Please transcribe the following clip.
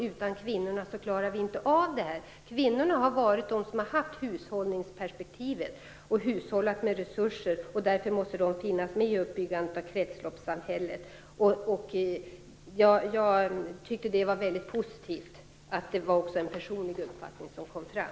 Utan kvinnorna klarar vi inte av det. Kvinnorna har varit de som har haft hushållningsperspektivet och hushållat med resurser. Därför måste de finnas med i uppbyggandet av kretsloppssamhället. Jag tycker att det är väldigt positivt att en personlig uppfattning kommer fram.